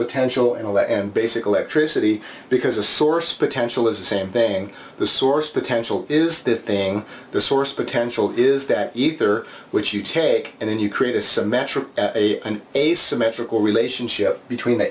potential and all that and basically tricity because a source potential is the same thing the source of potential is the thing the source of potential is that ether which you take and then you create a symmetric and asymmetrical relationship between the